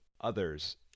others